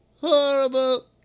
horrible